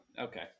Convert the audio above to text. Okay